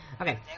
Okay